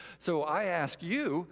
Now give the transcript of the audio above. so i ask you